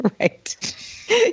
Right